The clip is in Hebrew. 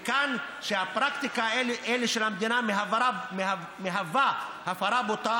מכאן שהפרקטיקה הזאת של המדינה מהווה הפרה בוטה